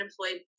unemployed